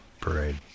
parade